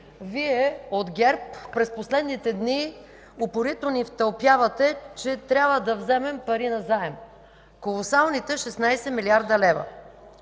Вие от ГЕРБ през последните дни упорито ни втълпявате, че трябва да вземем пари назаем – колосалните 16 млрд. лв.